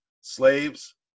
Slaves